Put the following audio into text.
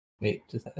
wait